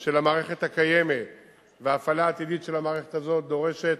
של המערכת הקיימת וההפעלה הטבעית של המערכת הזאת דורשת